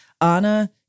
Anna